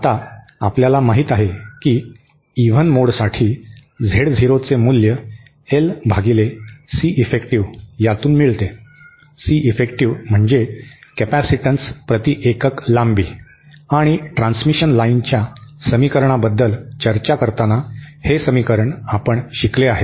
आता आपल्याला माहित आहे की इव्हन मोडसाठी झेड झिरो चे मूल्य एल भागिले सी इफेक्टिव्ह यातून मिळते सी इफेक्टिव्ह म्हणजे कॅपेसिटन्स प्रति एकक लांबी आणि ट्रांसमिशन लाइनच्या समीकरणाबद्दल चर्चा करताना हे समीकरण आपण शिकले आहे